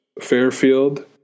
Fairfield